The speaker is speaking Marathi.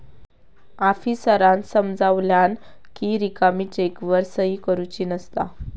आफीसरांन समजावल्यानं कि रिकामी चेकवर सही करुची नसता